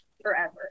forever